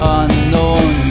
unknown